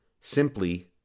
simply